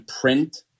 print